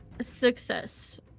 Success